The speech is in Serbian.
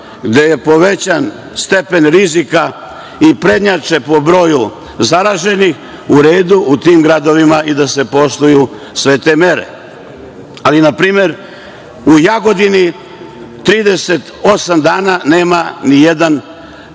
gde je povećan stepen rizika i prednjače po broju zaraženih, u redu, u tim gradovima i da se poštuju sve te mere, ali na primer, u Jagodini 38 dana nema nijedan